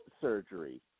surgery